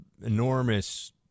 enormous